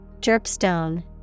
Jerpstone